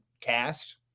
cast